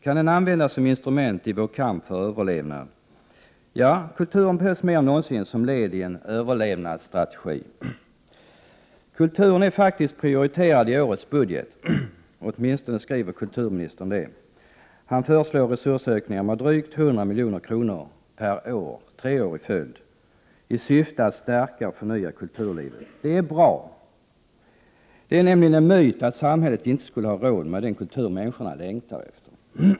Kan den användas som instrument i vår kamp för överlevnad? Ja, kulturen behövs mer än någonsin som led i en överlevnadsstrategi. Kulturen är faktiskt prioriterad i årets budget. Åtminstone skriver kulturministern det. Han föreslår resursökningar med drygt 100 milj.kr. per år tre år i följd i syfte att stärka och förnya kulturlivet. Det är bra. Det är nämligen en myt att samhället inte skulle ha råd med den kultur människorna längtar efter.